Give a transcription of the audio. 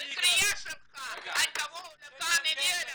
בקריאה שלך "אל תבואו לכאן" הביאה לזה.